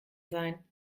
sein